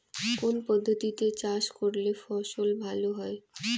কোন পদ্ধতিতে চাষ করলে ফসল ভালো হয়?